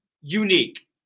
unique